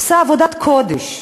עושה עבודת קודש.